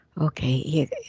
Okay